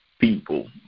people